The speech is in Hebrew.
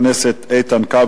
של חבר הכנסת איתן כבל,